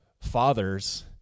fathers